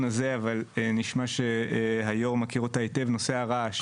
הזה אבל נשמע שהיו"ר מכיר אותה היטב נושא הרעש.